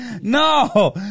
No